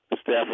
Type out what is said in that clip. staff